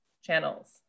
channels